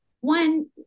one